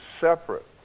separate